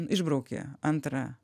išbrauki antrą